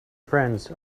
friends